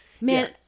man